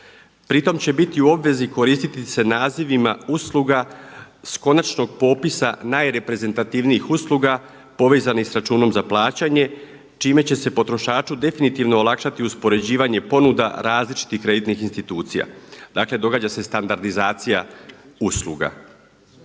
Pri tome će biti u obvezi koristiti se nazivima usluga sa konačnog popisa najreprezentativnijih usluga povezanih sa računom za plaćanje čime će se potrošaču definitivno olakšati uspoređivanje ponuda različitih kreditnih institucija, dakle događa se standardizacija usluga.